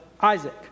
Isaac